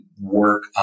work